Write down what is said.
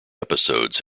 episodes